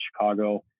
Chicago